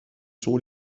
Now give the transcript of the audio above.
sont